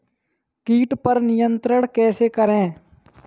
कीट पर नियंत्रण कैसे करें?